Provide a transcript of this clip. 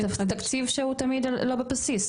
תקציב שהוא תמיד לא בבסיס,